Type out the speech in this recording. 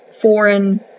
foreign